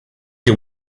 you